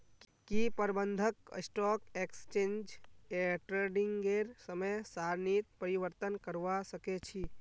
की प्रबंधक stock exchange ट्रेडिंगेर समय सारणीत परिवर्तन करवा सके छी